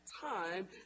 time